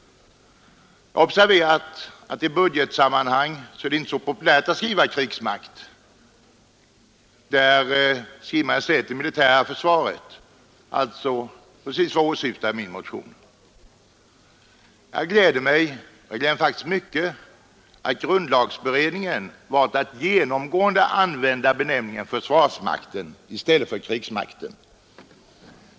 Observera också att det i budgetsammanhang inte är särskilt populärt att skriva krigsmakt. Där skriver man i stället ”det militära försvaret” — alltså precis vad jag syftat till med min motion. Jag gläder mig faktiskt mycket över att grundlagberedningen har valt att genomgående använda benämningen försvarsmakten i stället för krigsmakten.